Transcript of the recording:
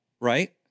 right